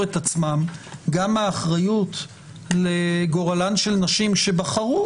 את עצמם גם מהאחריות לגורלן של נשים שבחרו,